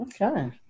okay